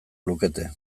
lukete